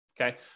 Okay